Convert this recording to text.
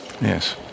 Yes